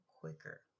quicker